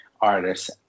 Artists